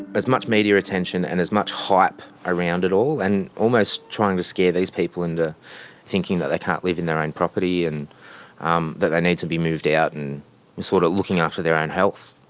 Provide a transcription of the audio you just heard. as much media attention and as much hype around it all and almost trying to scare these people into thinking that they can't live in their own property and um that they need to be moved out and sort of looking after their own health.